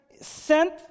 sent